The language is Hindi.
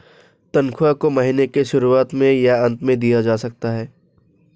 तन्ख्वाह को महीने के शुरुआत में या अन्त में दिया जा सकता है